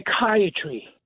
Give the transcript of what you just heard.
Psychiatry